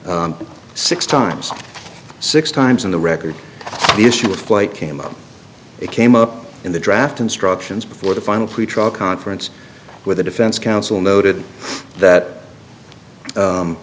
six times six times in the record the issue of flight came up it came up in the draft instructions before the final pretrial conference where the defense counsel noted that